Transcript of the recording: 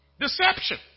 deception